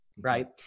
right